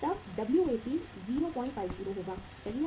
तब WAP 050 होगा सही है